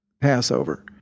Passover